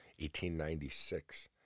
1896